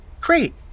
Great